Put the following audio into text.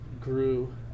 grew